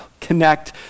connect